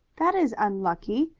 that is unlucky.